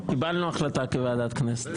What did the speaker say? קיבלנו החלטת כוועדת הכנסת,